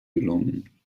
gelungen